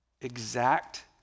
exact